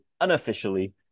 unofficially